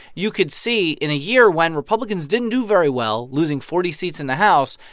you could see in a year when republicans didn't do very well, losing forty seats in the house,